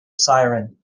siren